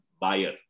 buyer